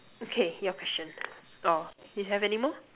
okay your question oh you have any more